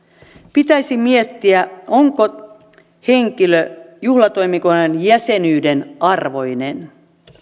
pitäisi miettiä onko henkilö juhlatoimikunnan jäsenyyden arvoinen